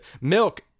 milk